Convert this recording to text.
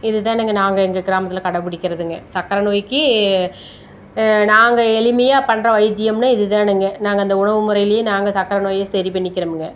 இதுதானுங்க நாங்கள் எங்கள் கிராமத்தில் கடை பிடிக்கிறதுங்க சக்கரை நோய்க்கு நாங்கள் எளிமையாக பண்ணுற வைத்தியம்னா இதுதானுங்க நாங்கள் அந்த உணவு முறைலேயே நாங்கள் சக்கரை நோயை சரி பண்ணிக்கிறோமுங்க